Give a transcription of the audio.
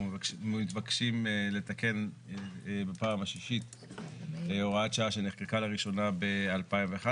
מתבקשים לתקן בפעם השישית הוראת שעה שנחקקה לראשונה ב-2011.